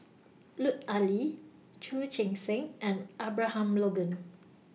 Lut Ali Chu Chee Seng and Abraham Logan